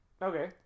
Okay